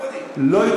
יש לי